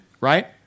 right